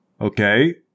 Okay